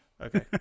Okay